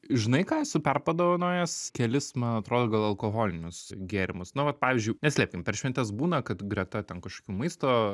žinai ką esu perpadovanojęs kelis man atrodo gal alkoholinius gėrimus nu vat pavyzdžiui neslėpkim per šventes būna kad greta ten kažkokių maisto